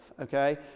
okay